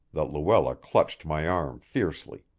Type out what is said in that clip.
that luella clutched my arm fiercely.